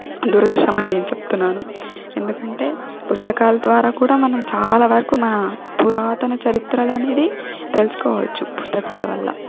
దురదృష్టమని నేను చెప్తుతున్నాను ఎందుకంటే పుస్తకాల ద్వారా కూడా మనం చాలా వరకు మన పురాతన చరిత్రలు అనేది తెలుసుకోవచ్చు పుస్తకాల వల్ల